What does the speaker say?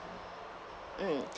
mm